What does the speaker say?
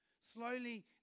slowly